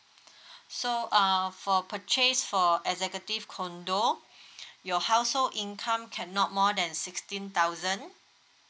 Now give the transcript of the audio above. so err for purchase for executive condo your household income cannot more than sixteen thousand